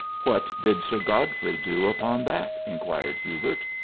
what did sir godfrey do upon that? inquired hubert.